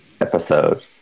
episode